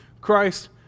Christ